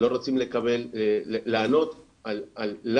לא רוצים לענות על למה?